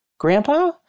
Grandpa